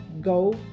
go